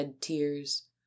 tears